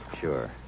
Sure